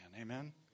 Amen